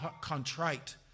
contrite